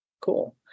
cool